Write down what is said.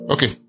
Okay